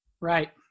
right